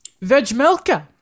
Vegmelka